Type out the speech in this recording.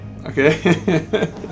Okay